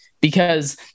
because-